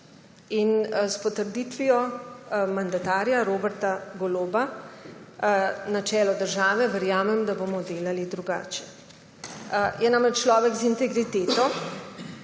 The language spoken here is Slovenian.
In s potrditvijo mandatarja dr. Roberta Goloba na čelo države verjamem, da bomo delali drugače. Je namreč človek z integriteto,